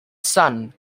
son